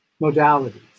modalities